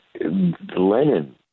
Lenin